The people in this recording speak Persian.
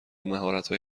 مهارتهای